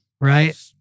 Right